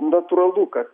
natūralu kad